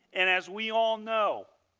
and as we all know,